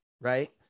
right